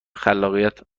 خلاقیت